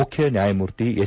ಮುಖ್ಯ ನ್ಯಾಯಮೂರ್ಜಿ ಎಸ್